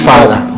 Father